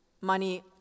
money